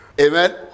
Amen